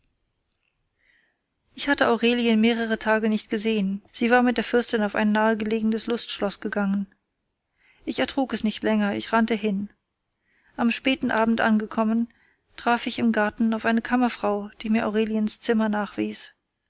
ich hatte aurelien mehrere tage nicht gesehen sie war mit der fürstin auf ein nahe gelegenes lustschloß gegangen ich ertrug es nicht länger ich rannte hin am späten abend angekommen traf ich im garten auf eine kammerfrau die mir aureliens zimmer nachwies